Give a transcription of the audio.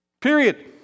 Period